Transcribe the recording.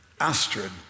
Astrid